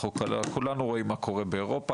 אנחנו כולנו רואים מה קורה באירופה.